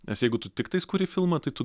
nes jeigu tu tiktais kuri filmą tai tu